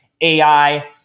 AI